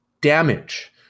damage